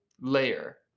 layer